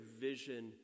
vision